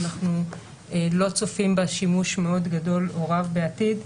אנחנו לא צופים בה שימוש מאוד גדול או רב בעתיד.